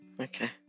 Okay